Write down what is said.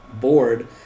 board